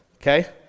okay